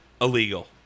illegal